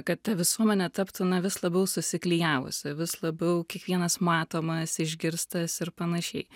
kad ta visuomenė taptų na vis labiau susiklijavusi vis labiau kiekvienas matomas išgirstas ir panašiai